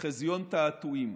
חזיון תעתועים: